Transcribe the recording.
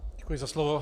Děkuji za slovo.